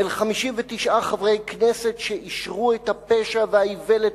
אל 59 חברי הכנסת שאישרו את הפשע והאיוולת